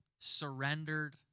surrendered